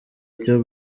cyo